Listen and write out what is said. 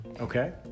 Okay